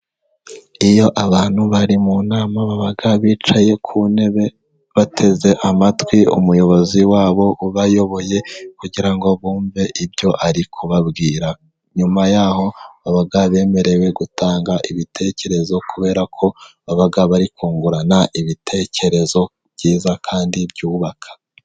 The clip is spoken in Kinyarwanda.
Iyo abantu bari mu nama baba bicaye ku ntebe bateze amatwi umuyobozi wabo ubayoboye, kugira ngo bumve ibyo ari kubabwira. Nyuma yaho baba bemerewe gutanga ibitekerezo, kubera ko baba bari kungurana ibitekerezo byiza kandi byubaka.